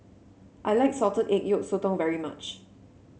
I like Salted Egg Yolk Sotong very much